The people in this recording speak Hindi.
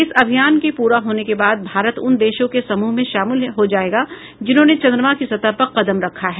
इस अभियान के पूरा होने के बाद भारत उन देशों के समूह में शामिल हो जायेगा जिन्होंने चन्द्रमा की सतह पर कदम रखा है